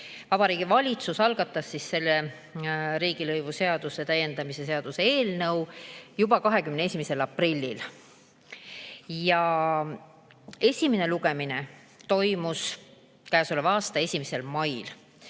Vabariigi Valitsus algatas riigilõivuseaduse täiendamise seaduse eelnõu juba 21. aprillil. Esimene lugemine toimus käesoleva aasta 11. mail